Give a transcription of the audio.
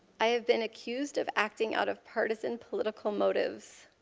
i have been accused of acting out of partisan political motive.